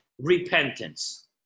repentance